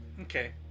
Okay